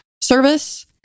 service